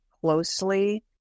closely